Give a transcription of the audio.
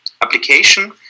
application